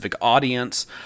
audience